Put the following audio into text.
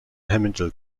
hamilton